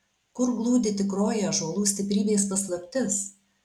kur glūdi tikroji ąžuolų stiprybės paslaptis